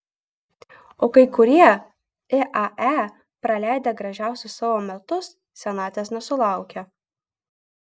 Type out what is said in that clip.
o kai kurie iae praleidę gražiausius savo metus senatvės nesulaukia